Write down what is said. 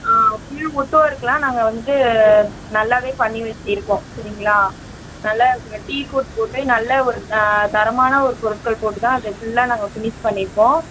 இருக்கலாம் நாங்கள் வந்து நல்லாவே பண்ணி வச்சுருக்கோம் சரிங்களா நல்லா இருக்குங்க டீக் உட் போட்டு நல்ல ஒரு தரமான ஒரு பொருட்கள் போட்டுதான் அதை ஃபுல்லாக நாங்கள் ஃபினிஸ் பண்ணியிருக்கோம்